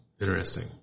Interesting